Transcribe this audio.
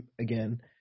again